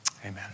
Amen